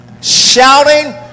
Shouting